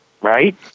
Right